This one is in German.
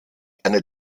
eine